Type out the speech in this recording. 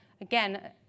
Again